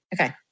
Okay